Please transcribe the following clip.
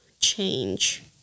change